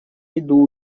иду